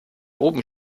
oben